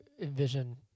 envision